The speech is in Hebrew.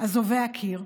אזובי הקיר?